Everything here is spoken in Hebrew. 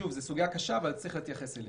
שוב, זו סוגיה קשה אבל צריך להתייחס אליה.